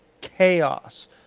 chaos